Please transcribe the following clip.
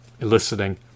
eliciting